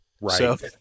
Right